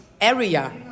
area